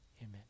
amen